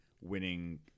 winning